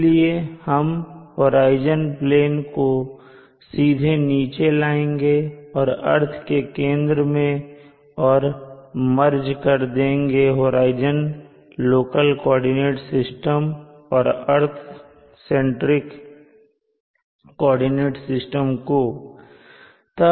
इसलिए हम horizon plane को सीधे नीचे लाएंगे अर्थ के केंद्र में और मर्ज कर देंगे ओरिजिन लोकल कोऑर्डिनेट सिस्टम और अर्थ सेंट्रिक कॉर्डिनेट सिस्टम के